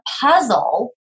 puzzle